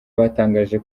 batangaje